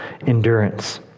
endurance